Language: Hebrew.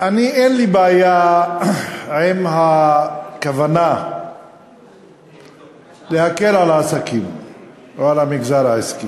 אין לי בעיה עם הכוונה להקל על העסקים או על המגזר העסקי.